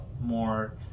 more